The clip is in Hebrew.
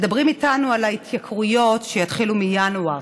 מדברים איתנו על ההתייקרויות שיתחילו מינואר,